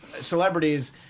celebrities